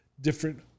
different